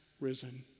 risen